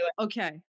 Okay